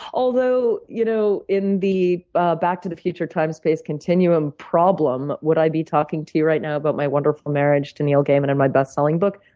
although you know in the ah back-to-the-future time space continuum problem, would i be talking to you right now about my wonderful marriage to neil gaiman and my bestselling book?